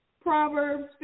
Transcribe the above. Proverbs